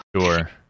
sure